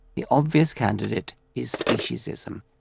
the obvious candidate is speciesism.